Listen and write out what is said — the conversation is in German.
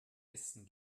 essen